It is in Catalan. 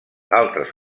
altres